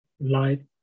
light